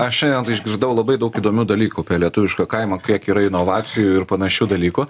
aš šiandien tai išgirdau labai daug įdomių dalykų apie lietuvišką kaimą kiek yra inovacijų ir panašių dalykų